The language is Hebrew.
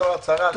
הצבעה בעד,